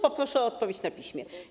Poproszę o odpowiedź na piśmie.